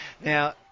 Now